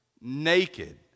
naked